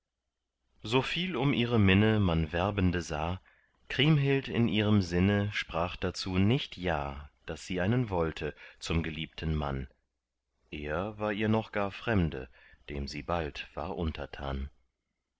so viel um ihre minne man werbende sah kriemhild in ihrem sinne sprach dazu nicht ja daß sie einen wollte zum geliebten mann er war ihr noch gar fremde dem sie bald war untertan